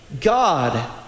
God